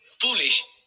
foolish